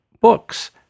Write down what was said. books